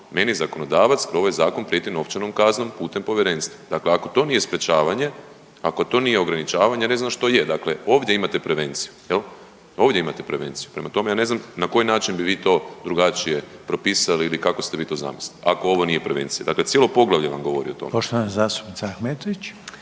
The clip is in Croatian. meni zakonodavac kroz ovaj zakon prijeti novčanom kaznom putem povjerenstva. Dakle, ako to nije sprječavanje, ako to nije ograničavanje, ja ne znam što je, dakle ovdje imate prevenciju jel, ovdje imate prevenciju. Prema tome, ja ne znam na koji način bi vi to drugačije propisali ili kako ste vi to zamislili ako ovo nije prevencija. Dakle, cijelo poglavlje vam govori o tome. **Reiner, Željko